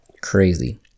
Crazy